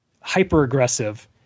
hyper-aggressive